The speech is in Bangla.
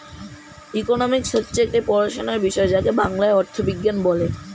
ইকোনমিক্স হচ্ছে একটি পড়াশোনার বিষয় যাকে বাংলায় অর্থবিজ্ঞান বলে